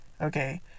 Okay